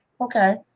okay